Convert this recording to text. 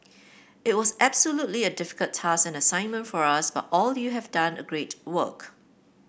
it was absolutely a difficult task and assignment for us but you all have done a great work